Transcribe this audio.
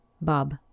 Bob